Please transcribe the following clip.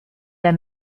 der